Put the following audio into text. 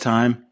Time